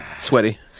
Sweaty